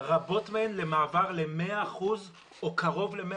רבות מהן למעבר ל-100 אחוזים או קרוב ל-100